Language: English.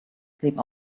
sleep